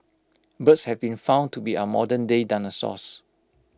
birds have been found to be our modernday dinosaurs